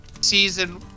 season